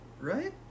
Right